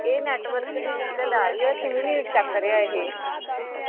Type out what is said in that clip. ਇਹ ਨੈਟਵਰਕ ਦੀ ਦਿੱਕਤ ਆ ਰਹੀ ਹੈ ਸਿੰਮ ਨਹੀਂ ਚੱਕ ਰਿਹਾ ਇਹ